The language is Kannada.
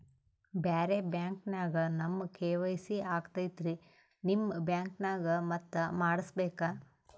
ಬ್ಯಾರೆ ಬ್ಯಾಂಕ ನ್ಯಾಗ ನಮ್ ಕೆ.ವೈ.ಸಿ ಆಗೈತ್ರಿ ನಿಮ್ ಬ್ಯಾಂಕನಾಗ ಮತ್ತ ಮಾಡಸ್ ಬೇಕ?